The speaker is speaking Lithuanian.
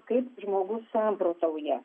kaip žmogus samprotauja